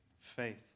Faith